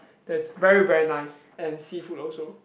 theat is very very nice and seafood also